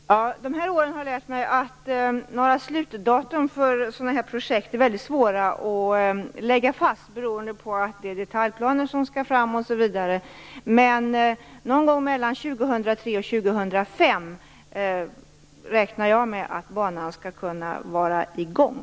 Fru talman! De här åren har lärt mig att det är mycket svårt att lägga fast slutdatum för sådana här projekt beroende på att detaljplaner skall fram osv. Men någon gång mellan 2003 och 2005 räknar jag med att banan skall kunna vara i gång.